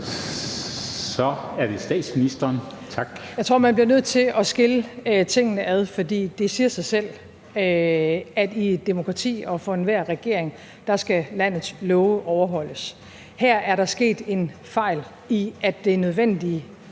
Så er det statsministeren. Tak.